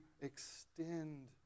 extend